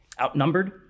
Outnumbered